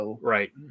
Right